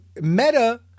meta